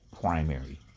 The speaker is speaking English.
primary